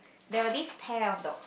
there were this pair of dogs